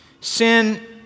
Sin